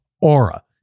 Aura